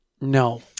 No